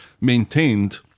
maintained